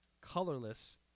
colorless